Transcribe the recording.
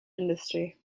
industry